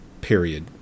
Period